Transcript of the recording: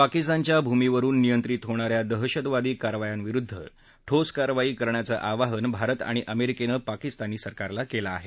पाकिस्तानच्या भूमीवरुन नियंत्रित होणाऱ्या दहशतवादी कारवायांविरुद्ध ठोस कारवाई करण्याचं आवाहन भारत आणि अमेरिकेनं पाकिस्तान सरकारला केलं आहे